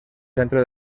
centre